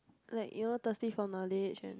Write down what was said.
like you know thirsty for knowledge and